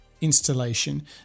installation